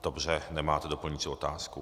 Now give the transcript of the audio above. Dobře, nemáte doplňující otázku.